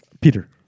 Peter